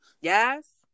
Yes